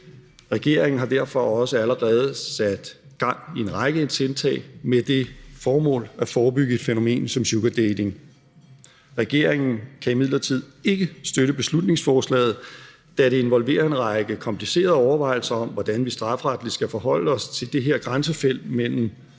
Regeringen har derfor også allerede sat gang i en række tiltag med det formål at forebygge et fænomen som sugardating. Regeringen kan imidlertid ikke støtte beslutningsforslaget, da det involverer en række komplicerede overvejelser om, hvordan vi strafferetligt skal forholde os til det her grænsefelt mellem